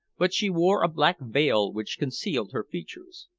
but she wore a black veil which concealed her features.